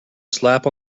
slap